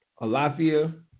Alafia